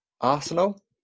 Arsenal